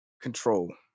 Control